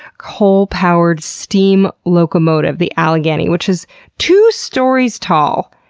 coal-powered, steam locomotive, the alleghany, which is two stories tall.